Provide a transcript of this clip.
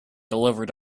delivered